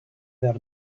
their